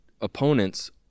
opponents